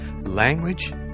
language